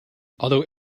although